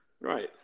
Right